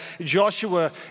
Joshua